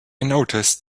noticed